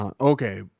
okay